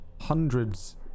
Hundreds